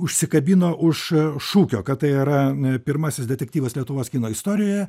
užsikabino už šūkio kad tai yra pirmasis detektyvas lietuvos kino istorijoje